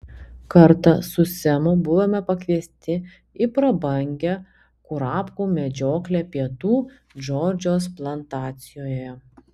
kartą su semu buvome pakviesti į prabangią kurapkų medžioklę pietų džordžijos plantacijoje